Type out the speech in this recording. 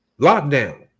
Lockdown